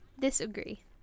disagree